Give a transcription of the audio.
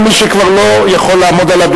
נא לסכם.